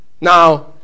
Now